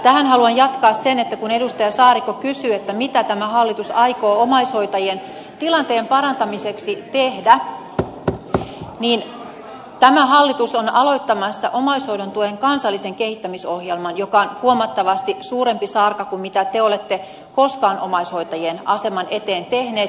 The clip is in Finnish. tähän haluan jatkaa sen kun edustaja saarikko kysyy mitä tämä hallitus aikoo omaishoitajien tilanteen parantamiseksi tehdä että tämä hallitus on aloittamassa omaishoidon tuen kansallisen kehittämisohjelman joka on huomattavasti suurempi sarka kuin mitä te olette koskaan omaishoitajien aseman eteen tehneet